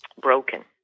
broken